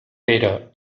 pere